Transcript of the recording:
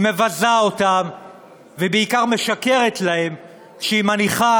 היא מבזה אותם ובעיקר משקרת להם שהיא מניחה